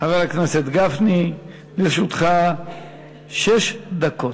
חבר הכנסת גפני, לרשותך שש דקות.